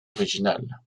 originale